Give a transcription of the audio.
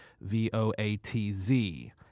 V-O-A-T-Z